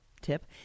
tip